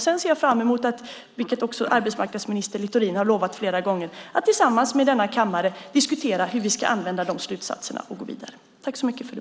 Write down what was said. Sedan ser jag fram emot, vilket också arbetsmarknadsminister Littorin har lovat flera gånger, att tillsammans med denna kammare diskutera hur vi ska använda de slutsatserna och gå vidare.